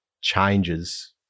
changes